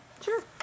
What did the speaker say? Sure